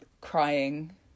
Crying